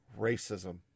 racism